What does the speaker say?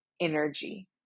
energy